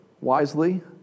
wisely